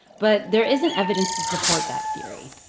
but there isn't evidence to support that theory.